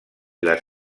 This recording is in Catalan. les